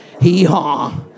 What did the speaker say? hee-haw